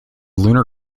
lunar